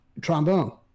Trombone